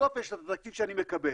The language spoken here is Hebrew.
ובסוף יש את התקציב שאני מקבל.